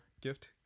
gift